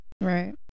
Right